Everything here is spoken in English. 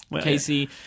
Casey